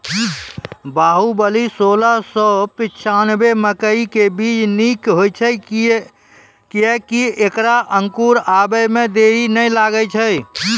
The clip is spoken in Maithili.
बाहुबली सोलह सौ पिच्छान्यबे मकई के बीज निक होई छै किये की ऐकरा अंकुर आबै मे देरी नैय लागै छै?